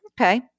Okay